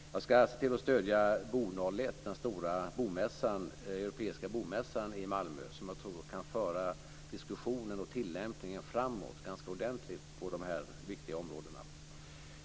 Jag skall stödja Bo 01, den stora europeiska bomässan i Malmö. Den kan föra diskussionen och tillämpningen framåt på dessa viktiga områden.